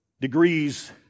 degrees